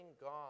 God